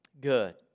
good